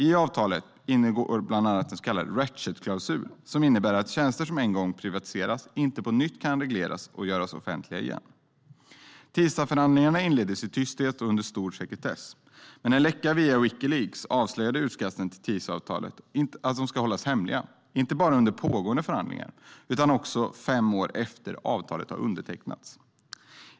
I avtalet ingår bland annat den så kallade Ratchetklausulen som innebär att tjänster som en gång privatiserats inte på nytt kan regleras eller göras offentliga igen. TISA-förhandlingarna inleddes i tysthet och under stor sekretess. Men en läcka via Wikileaks avslöjade att utkasten till TISA-avtalet ska hållas hemliga inte bara under pågående förhandlingar utan även fem år efter att avtalet har undertecknats.